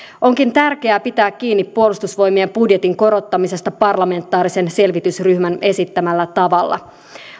onkin tärkeää pitää kiinni puolustusvoimien budjetin korottamisesta parlamentaarisen selvitysryhmän esittämällä tavalla